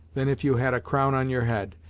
than if you had a crown on your head,